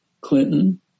Clinton